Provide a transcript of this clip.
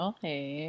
Okay